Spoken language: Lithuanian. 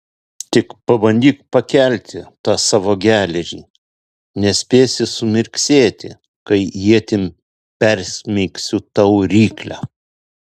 tik pabandyk pakelti tą savo geležį nespėsi sumirksėti kai ietim persmeigsiu tau ryklę